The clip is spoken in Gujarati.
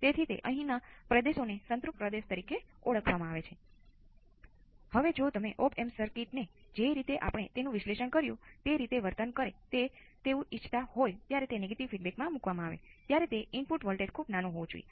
સાથે છે